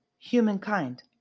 Humankind